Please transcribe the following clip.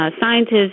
Scientists